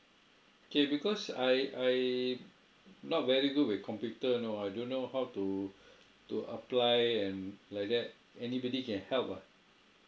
okay because I I not very good with computer you know I don't know how to to apply and like that anybody can help ah